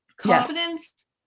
confidence